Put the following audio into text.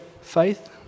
faith